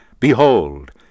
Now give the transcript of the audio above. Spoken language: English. Behold